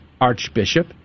archbishop